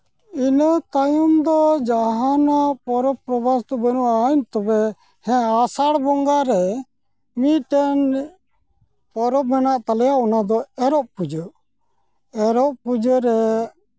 ᱤᱱᱟᱹ ᱛᱟᱭᱚᱢ ᱫᱚ ᱡᱟᱦᱟᱱᱟᱜ ᱯᱚᱨᱚᱵᱽᱼᱯᱚᱨᱵᱟᱥ ᱫᱚ ᱵᱟᱹᱱᱩᱜᱼᱟ ᱛᱚᱵᱮ ᱦᱮᱸ ᱟᱥᱟᱲ ᱵᱚᱸᱜᱟ ᱨᱮ ᱢᱤᱫᱴᱟᱝ ᱯᱚᱨᱚᱵᱽ ᱢᱮᱱᱟᱜ ᱛᱟᱞᱮᱭᱟ ᱚᱱᱟ ᱫᱚ ᱮᱨᱚᱜ ᱯᱩᱡᱟᱹ ᱮᱨᱚᱜ ᱯᱩᱡᱟᱹ ᱨᱮ